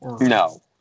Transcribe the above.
No